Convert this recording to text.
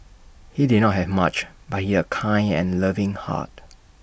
he did not have much but he had A kind and loving heart